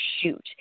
shoot